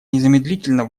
незамедлительно